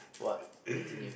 what continue